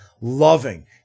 Loving